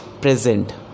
present